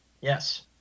Yes